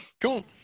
Cool